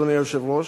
אדוני היושב-ראש,